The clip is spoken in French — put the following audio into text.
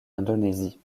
indonésie